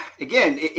Again